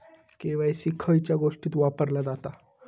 KYC खयच्या खयच्या गोष्टीत वापरला जाता?